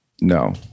No